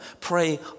pray